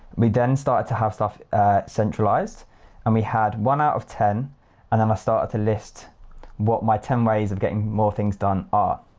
we then started to have stuff centralized and we had one out of ten and then i started to list what my ten ways of getting more things done ah